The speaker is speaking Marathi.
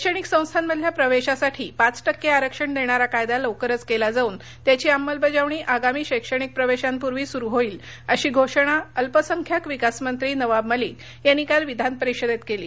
शैक्षणिक संस्थामधल्या प्रवेशासाठी पाच टक्के आरक्षण देणारा कायदा लवकरच केला जाऊन त्याची अंमलबजावणी आगामी शैक्षणिक प्रवेशांपूर्वी सुरू केली जाईल अशी घोषणा अल्पसंख्यांक विकास मंत्री नवाब मलिक यांनी काल विधानपरिषदेत केली